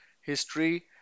History